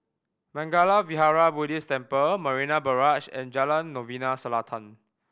Mangala Vihara Buddhist Temple Marina Barrage and Jalan Novena Selatan